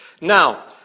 Now